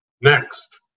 next